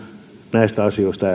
näistä asioista